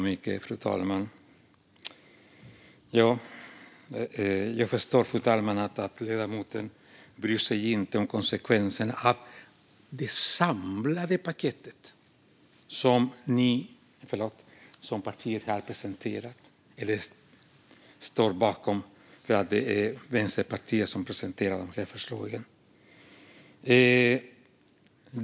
Fru talman! Jag förstår att ledamoten inte bryr sig om konsekvenserna av det samlade paket som Miljöpartiet står bakom. Det är Vänsterpartiet som har presenterat förslagen.